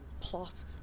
plot